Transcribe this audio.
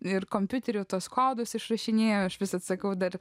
ir kompiuterių tuos kodus išrašinėjo aš vis atsakau dar